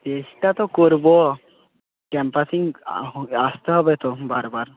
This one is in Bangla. চেষ্টা তো করব ক্যাম্পাসিং আসতে হবে তো বারবার